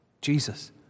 jesus